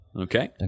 Okay